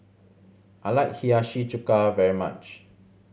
I like Hiyashi Chuka very much